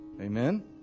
Amen